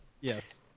Yes